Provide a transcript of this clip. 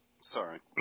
Sorry